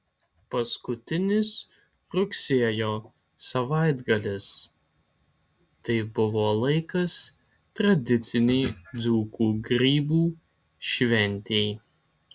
paskutinis rugsėjo savaitgalis tai buvo laikas tradicinei dzūkų grybų šventei